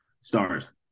stars